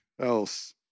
else